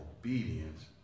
obedience